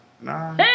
Nah